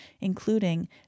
including